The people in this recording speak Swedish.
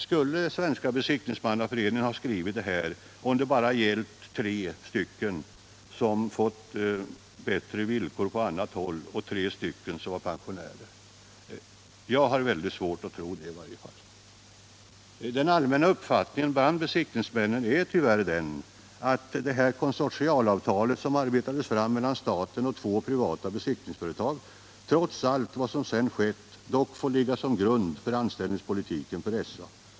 Skulle Svenska besiktningsmannaföreningen ha skrivit detta, om det bara gällt tre anställda som inte erbjudits bättre villkor på annat håll och tre som var pensionärer? Jag har i varje fall svårt att tro det. Den allmänna uppfattningen bland besiktningsmännen är tyvärr den att det konsortialavtal som arbetades fram mellan staten och två privata besiktningsföretag trots allt vad som sedan inträffat får ligga som grund för SA:s anställningspolitik.